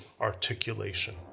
articulation